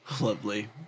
Lovely